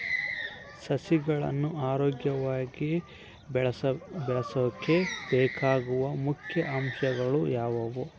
ಸಸಿಗಳನ್ನು ಆರೋಗ್ಯವಾಗಿ ಬೆಳಸೊಕೆ ಬೇಕಾಗುವ ಮುಖ್ಯ ಅಂಶಗಳು ಯಾವವು?